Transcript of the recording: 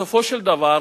בסופו של דבר,